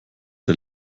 der